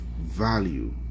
value